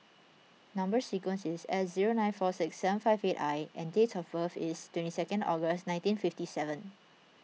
Number Sequence is S zero nine four six seven five eight I and date of birth is twenty second August nineteen fifty seven